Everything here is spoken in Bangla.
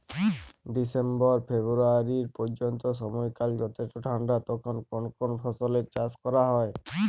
ডিসেম্বর ফেব্রুয়ারি পর্যন্ত সময়কাল যথেষ্ট ঠান্ডা তখন কোন কোন ফসলের চাষ করা হয়?